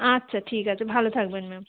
আচ্ছা ঠিক আছে ভালো থাকবেন ম্যাম